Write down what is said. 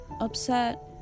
upset